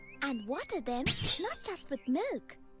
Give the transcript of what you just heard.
and water them not just with milk,